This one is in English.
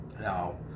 Now